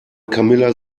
camilla